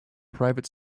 private